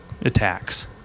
Attacks